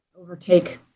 overtake